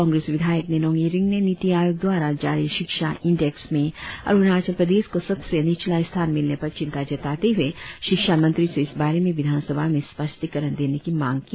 कांग्रेस विधायक निनोंग इरिंग ने नीति आयोग द्वारा जारी शिक्षा इंडेक्स में अरुणाचल प्रदेश को सबसे नीचला स्थान मिलने पर चिंता जताते हए शिक्षा मंत्री से इस बारे में विधानसभा में स्पष्टीकरण देने की मांग की